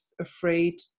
afraid